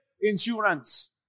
insurance